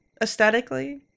Aesthetically